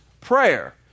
prayer